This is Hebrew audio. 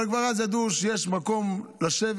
אבל כבר אז ידעו שיש מקום לשבת,